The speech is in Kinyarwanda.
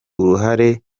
uruhare